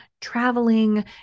traveling